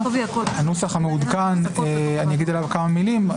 הנוסח המעודכן אני אגיד עליו כמה מילים.